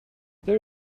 there